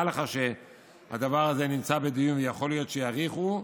לך שהדבר הזה נמצא בדיון ויכול להיות שיאריכו.